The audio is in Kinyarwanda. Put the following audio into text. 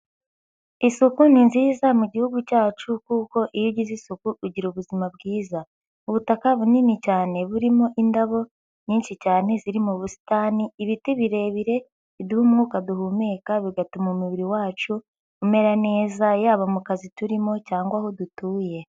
Isuku ni nziza mu gihugu cyacu kuko iyo ugize isuku ugira ubuzima bwiza. Ubutaka bunini cyane burimo indabo nyinshi cyane ziri mu busitani, ibiti birebire biduha umwuka duhumeka bigatuma umubiri wacu umera neza yaba mu kazi turimo cyangwa aho dutuye.